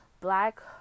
black